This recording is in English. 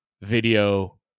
video